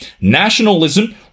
Nationalism